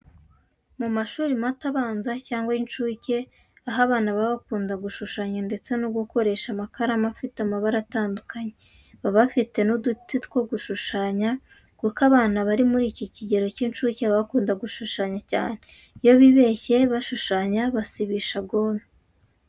Mu mashuri mato abanza, cyangwa y'incuke aho abana baba bakunda gushushanya, ndetse no gukoresha amakaramu afite amabara atandukanye, baba bafite n'uduti two gushushanya kuko abana bari mu kigero cy'incuke baba bakunda gushushanya cyane, iyo bibeshye bashushanya basibisha gome.